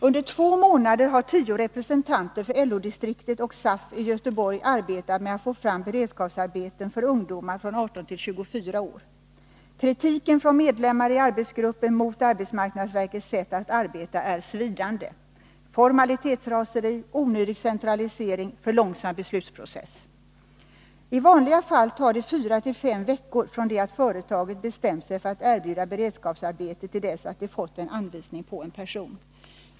Under två månader har tio representanter för LO-distriktet och SAF i Göteborg arbetat med att få fram beredskapsarbeten för ungdomar från 18 till 24 år. Kritiken från medlemmar i arbetsgruppen mot arbetsmarknadsverkets sätt att arbeta är svidande: formalitetsraseri, onödig centralisering, för långsam beslutspro Cess. I vanliga fall tar det fyra till fem veckor från det att företaget bestämt sig för att erbjuda beredskapsarbete till dess att det fått en anvisning på en person.